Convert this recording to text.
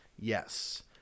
Yes